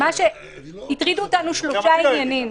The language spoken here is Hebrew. הטרידו אותנו שלושה עניינים.